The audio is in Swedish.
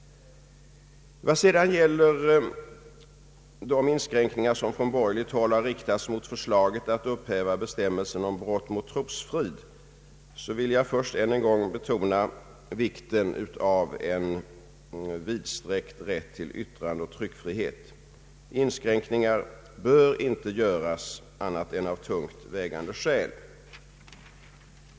Vad sedan gäller de invändningar som från borgerligt håll har riktats mot förslaget att upphäva bestämmelsen om brott moi trosfrid vill jag än en gång betona vikten av en vidsträckt yttrandeoch tryckfrihet. Inskränkningar bör inte göras annat än av tungt vägande skäl.